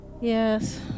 Yes